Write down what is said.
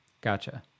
Gotcha